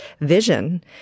vision